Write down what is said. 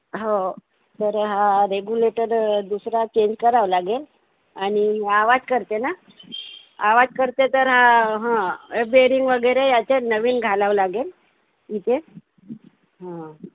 हो तर हा रेगुलेटर दुसरा चेंज करावं लागेल आणि आवाज करते ना आवाज करते तर हा हं बेअरिंग वगैरे याच्यात नवीन घालावं लागेल इथे हं